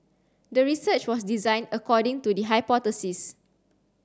the research was designed according to the hypothesis